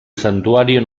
santuario